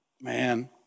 Man